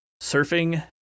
surfing